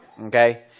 Okay